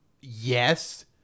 Yes